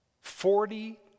Forty